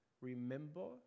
remember